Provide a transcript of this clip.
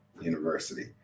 University